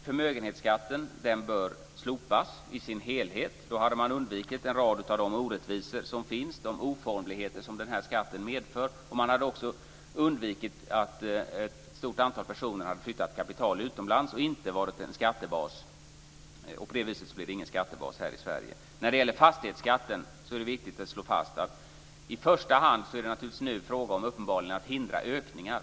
Förmögenhetsskatten bör slopas i sin helhet. Då skulle man undvika en rad av de orättvisor som finns och de oformligheter som den här skatten medför. Man skulle också undvika att ett stort antal personer flyttar kapital utomlands. På det viset blir det ingen skattebas här i Sverige. När det gäller fastighetsskatten är det viktigt att slå fast att det nu i första hand är fråga om att hindra ökningar.